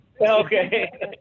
Okay